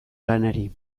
lanari